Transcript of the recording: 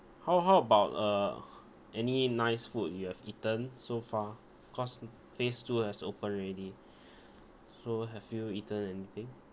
how how about uh any nice food you have eaten so far cause phase two has opened already so have you eaten anything